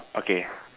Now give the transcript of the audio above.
okay